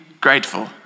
grateful